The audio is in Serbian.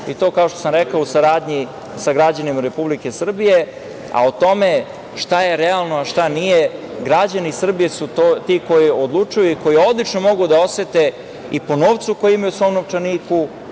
i to, kao što sam rekao, u saradnji sa građanima Republike Srbije. O tome šta je realno, a šta nije, građani Srbije su ti koji odlučuju i koji odlično mogu da osete po novcu koji imaju u svom novčaniku,